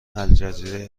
الجزیره